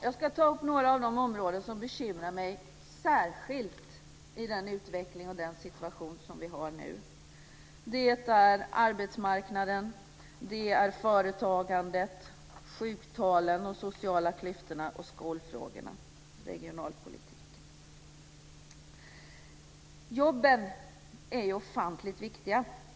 Jag ska ta upp några av de områden som bekymrar mig särskilt i den utveckling och den situation vi har nu. Det är arbetsmarknaden, företagandet, sjuktalen, de sociala klyftorna, skolfrågorna och regionalpolitiken. Jobben är ofantligt viktiga.